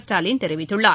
ஸ்டாலின் தெரிவித்துள்ளார்